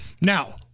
Now